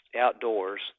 outdoors